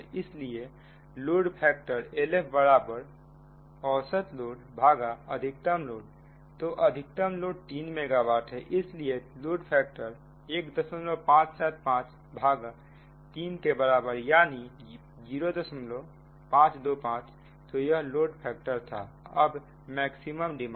इसलिए load factor LF औसत load अधिकतम लोड तो अधिकतम लोड 3 मेगावाट है इसलिए लोड फैक्टर 1575 भाग 3 के बराबर है यानी 0525 तो यह लोड फैक्टर था अब मैक्सिमम डिमांड